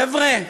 חבר'ה,